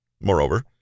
Moreover